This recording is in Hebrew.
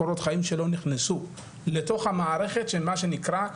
הקורות חיים שלו נכנסו לתוך המערכת של מה שנקרא,